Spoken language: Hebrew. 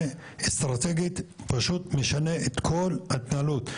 זה אסטרטגית פשוט משנה את כל ההתנהלות.